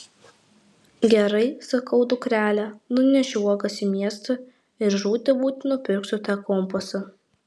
gerai sakau dukrele nunešiu uogas į miestą ir žūti būti nupirksiu tą kompasą